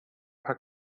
paar